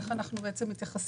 איך אנחנו מתייחסים